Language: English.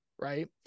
right